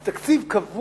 זה תקציב קבוע,